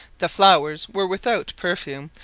the flowers were without perfume,